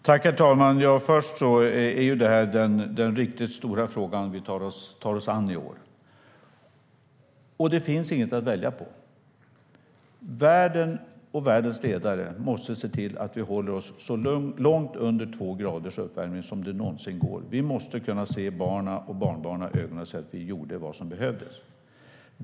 Herr talman! Först och främst är detta den riktigt stora fråga som vi tar oss an i år. Det finns inget att välja på. Världen och världens ledare måste se till att vi håller oss så långt under två graders uppvärmning som det någonsin går. Vi måste kunna se barnen och barnbarnen i ögonen och säga: Vi gjorde vad som behövdes.